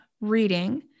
reading